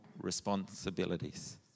responsibilities